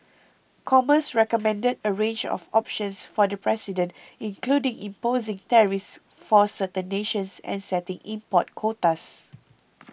commerce recommended a range of options for the president including imposing tariffs for certain nations and setting import quotas